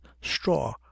straw